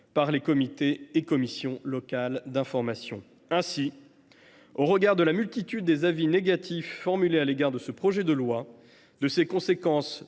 par les comités et commissions locales d’information. Ainsi, mes chers collègues, au regard de la multitude des avis négatifs formulés à l’égard de ce projet de loi, de ses conséquences